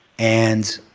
and